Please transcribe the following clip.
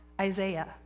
isaiah